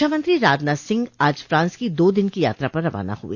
रक्षामंत्री राजनाथ सिंह आज फ्रांस की दो दिन की यात्रा पर रवाना हुए